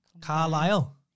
Carlisle